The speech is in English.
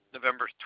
November